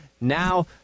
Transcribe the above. Now